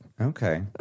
Okay